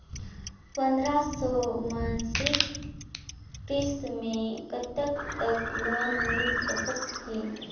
पंद्रह सौ मासिक किस्त मे कतका तक लोन मिल सकत हे?